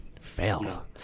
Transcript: Fail